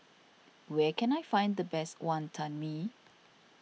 where can I find the best Wonton Mee